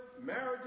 marriage